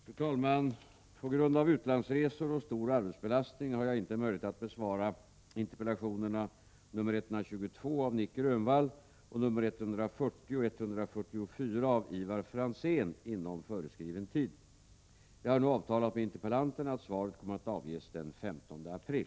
Fru talman! På grund av utlandsresor och stor arbetsbelastning har jag inte möjlighet att besvara interpellation 122 av Nic Grönvall och interpellationerna 140 och 144 av Ivar Franzén inom föreskriven tid. Jag har avtalat med interpellanterna att svaren kommer att avges den 15 april.